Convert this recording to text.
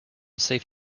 safe